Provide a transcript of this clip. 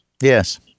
Yes